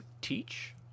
Teach